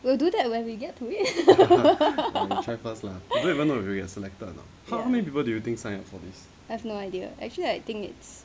we'll do that when we get to it I've no idea actually I think it's